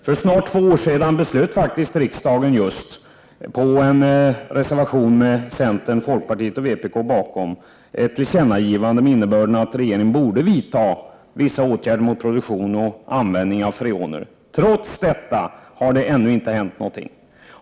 För snart två år sedan beslöt faktiskt riksdagen — i enlighet med en reservation som just centern, folkpartiet och vpk stod bakom — att regeringen skulle ges till känna att den borde vidta vissa åtgärder mot produktion och användning av freoner. Trots detta har det ännu inte hänt någonting.